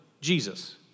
Jesus